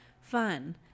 Fun